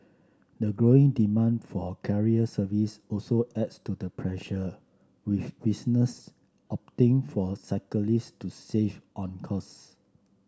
the growing demand for career service also adds to the pressure with business opting for cyclist to save on costs